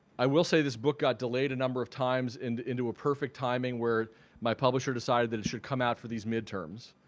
i will say this book got delayed a number of times and into a perfect timing where my publisher decided that it should come out for these midterms.